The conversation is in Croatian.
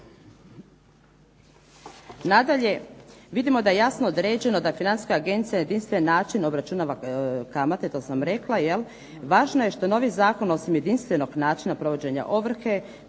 Nadalje, vidimo da je jasno određeno da Financijska agencija na jedinstven način obračunava kamate, to sam rekla. Važno je što novi zakon osim jedinstvenog načina provođenja ovrhe,